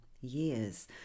years